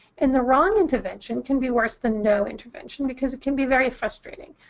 and the wrong intervention can be worse than no intervention because it can be very frustrating.